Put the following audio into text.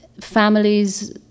Families